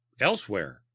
elsewhere